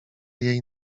jej